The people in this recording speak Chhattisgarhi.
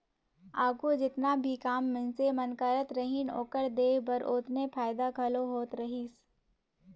आघु जेतना भी काम मइनसे मन करत रहिन, ओकर देह बर ओतने फएदा घलो होत रहिस